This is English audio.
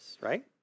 right